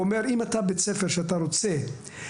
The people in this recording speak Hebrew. הוא אומר שאם אתה בית ספר שרוצה שהילדים